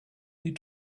need